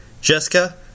jessica